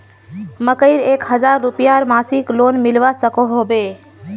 मकईर एक हजार रूपयार मासिक लोन मिलवा सकोहो होबे?